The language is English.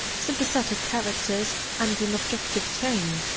sympathetic characters, and an objective tone,